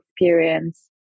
experience